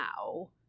now